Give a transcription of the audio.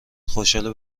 خوشحال